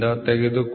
S Allowance 40